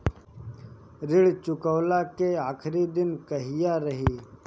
ऋण चुकव्ला के आखिरी दिन कहिया रही?